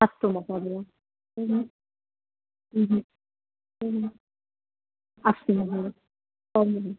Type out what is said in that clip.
अस्तु महोदय म् अस्तु महोदय आं महो